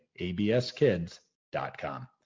abskids.com